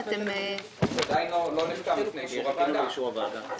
הוא לא נחתם לפני שיש אישור ועדה.